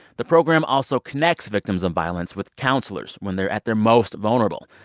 the program also connects victims of violence with counselors when they're at their most vulnerable.